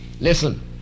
Listen